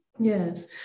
Yes